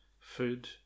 food